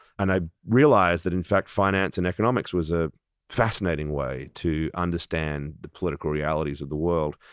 and i realized that in fact finance and economics was a fascinating way to understand the political realities of the world.